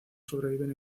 sobreviven